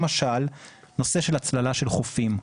למשל, נושא של הצללה של חופים.